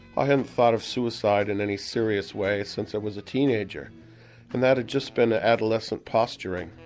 i hadn't thought of suicide in any serious way since i was a teenager and that had just been ah adolescent posturing.